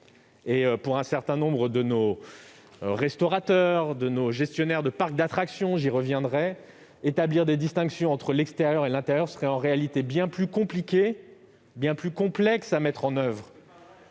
Pour un certain nombre de restaurateurs et de gestionnaires de parcs d'attractions- j'y reviendrai -, établir une distinction entre l'extérieur et l'intérieur serait en réalité bien plus complexe à mettre en oeuvre